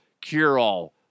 cure-all